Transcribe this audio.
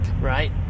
Right